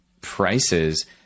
prices